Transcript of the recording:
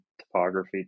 topography